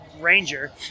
Ranger